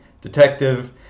detective